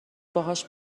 باهاش